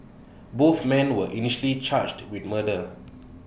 both men were initially charged with murder